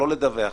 לא לדווח,